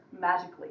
magically